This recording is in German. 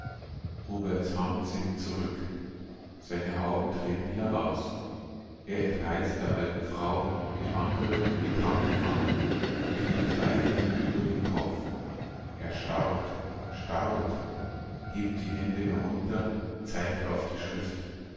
roberts hand sinkt zurück seine augen treten heraus er entreißt der alten frau die andere die kranke hand er hebt beide hände über den kopf er starrt starrt hebt die hände herunter zeigt auf die schrift